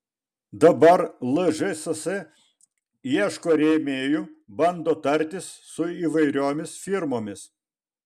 dabar lžss ieško rėmėjų bando tartis su įvairiomis firmomis